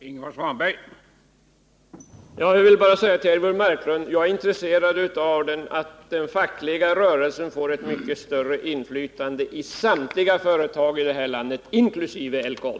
Herr talman! Jag vill bara säga till Eivor Marklund att jag är intresserad av att den fackliga rörelsen får ett mycket större inflytande i samtliga företag i det här landet, inkl. LKAB.